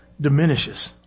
diminishes